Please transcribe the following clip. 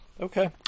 Okay